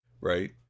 Right